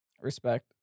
Respect